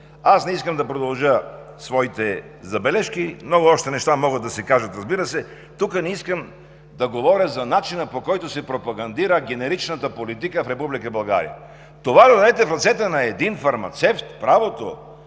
Аз не искам да продължа със своите забележки. Много още неща могат да се кажат, разбира се. Тук не искам да говоря за начина, по който се пропагандира генеричната политика в Република България. Това – да дадете в ръцете на един фармацевт правото